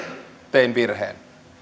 tein virheen